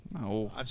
No